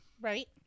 Right